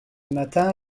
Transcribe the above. matin